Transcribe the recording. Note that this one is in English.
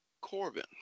Corbin